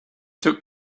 took